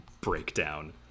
breakdown